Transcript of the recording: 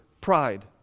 pride